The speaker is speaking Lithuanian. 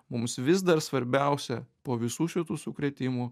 mums vis dar svarbiausia po visų šitų sukrėtimų